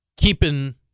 keeping